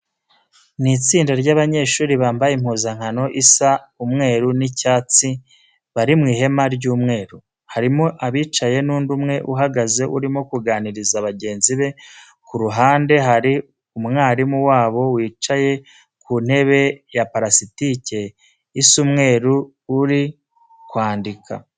Ni itsinda ry'abanyehuri bambaye impuzankano isa umweru n'icyatsi, bari mu ihema ry'umweru. Harimo abicaye n'undi umwe uhagaze urimo kuganiriza bagenzi be, ku ruhande hari umwarimu wabo wicaye ku ntebe ya parasitike isa umweru uri kwandika.